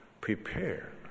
prepare